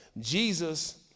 Jesus